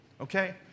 okay